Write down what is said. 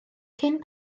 cyn